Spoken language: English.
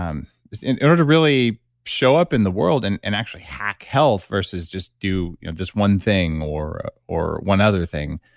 um in order to really show up in the world and and actually hack health versus just do this one thing or or one other thing.